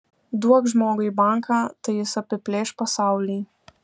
duok žmogui banką tai jis apiplėš pasaulį